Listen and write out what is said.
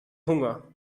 hunger